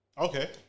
Okay